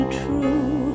true